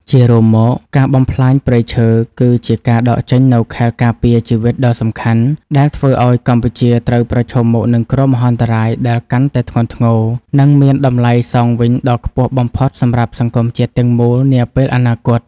ជារួមមក ការបំផ្លាញព្រៃឈើគឺជាការដកចេញនូវខែលការពារជីវិតដ៏សំខាន់ ដែលធ្វើឱ្យកម្ពុជាត្រូវប្រឈមមុខនឹងគ្រោះមហន្តរាយដែលកាន់តែធ្ងន់ធ្ងរ និងមានតម្លៃសងវិញដ៏ខ្ពស់បំផុតសម្រាប់សង្គមជាតិទាំងមូលនាពេលអនាគត។